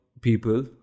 people